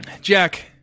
Jack